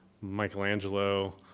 Michelangelo